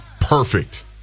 Perfect